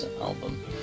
album